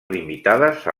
limitades